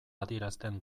adierazten